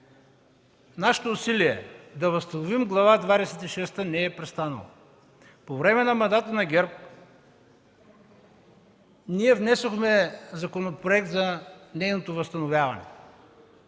нашето усилие да възстановим Глава двадесет и шеста не е престанало. По време на мандата на ГЕРБ ние внесохме законопроект за нейното възстановяване.